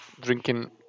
drinking